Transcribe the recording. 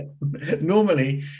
normally